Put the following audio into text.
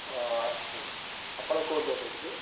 ହଁ ଆସୁଛି ଆପଣ କେଉଁଠି ଅଛନ୍ତି କି